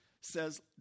says